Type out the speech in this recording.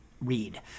read